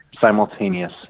simultaneous